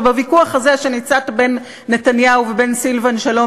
ובוויכוח הזה שניצת בין נתניהו ובין סילבן שלום,